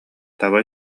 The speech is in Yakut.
таба